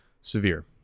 severe